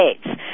States